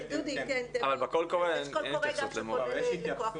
יש קול קורא גם של כוח אדם.